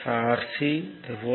45 2